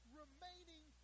remaining